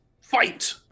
Fight